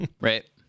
right